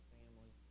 family